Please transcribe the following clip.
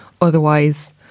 Otherwise